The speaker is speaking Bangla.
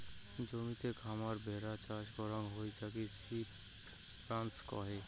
জমিতে খামার ভেড়া চাষ করাং হই যাক সিপ রাঞ্চ কহে